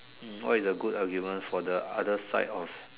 hmm what is a good argument for the other side of